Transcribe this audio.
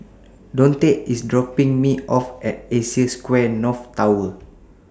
Donte IS dropping Me off At Asia Square North Tower